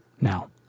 Now